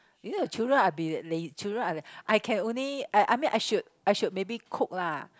you know the children are bit lazy children are like I can only I I mean I should I should maybe cook lah